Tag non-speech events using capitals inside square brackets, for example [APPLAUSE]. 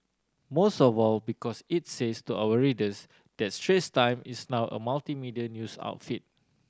most of all because it's says to our readers that [UNINTELLIGIBLE] is now a multimedia news outfit